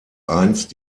einst